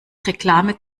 reklame